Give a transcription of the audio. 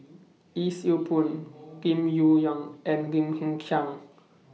Yee Siew Pun Lim Yong Liang and Lim Hng Kiang